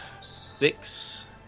six